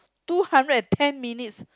two hundred and ten minutes